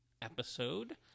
Episode